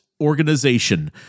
organization